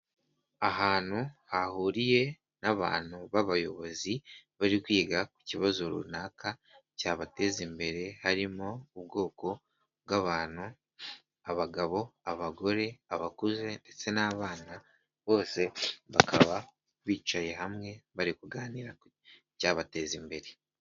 Ahantu hahuriye n'abantu b'abayobozi bari kwiga ku kibazo runaka cyabateza imbere harimo ubwoko bw'abantu, abagabo, abagore, abakuze, ndetse n'abana bose bakaba bicaye hamwe bari kuganira ku cyabateza imbere.